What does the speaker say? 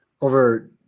over